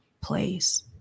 place